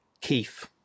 Keith